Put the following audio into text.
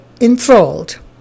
enthralled